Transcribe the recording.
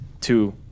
two